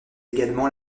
également